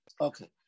Okay